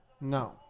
No